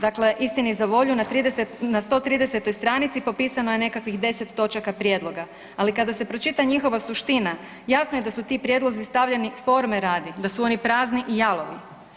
Dakle, istini za volju na 130-toj stranici popisano je nekakvih 10 točaka prijedloga, ali kada se pročita njihova suština jasno je da su ti prijedlozi stavljeni forme radi, da su oni prazni i jalovi.